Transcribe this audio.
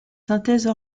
synthèses